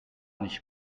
nicht